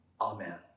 Amen